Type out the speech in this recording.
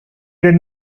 did